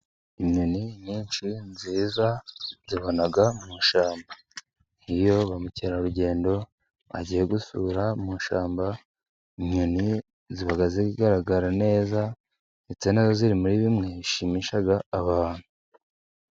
Inyoni nyinshi nziza zibona mu ishyamba, iyo bamukerarugendo bagiye gusura mu mashamba, inyoni ziba zigaragara neza ndetse n'azo ziri muri bimwe zishimisha abantu.